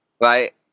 right